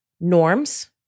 norms